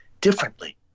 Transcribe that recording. differently